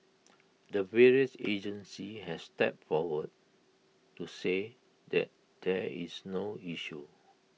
the various agencies have stepped forward to say that there's no issue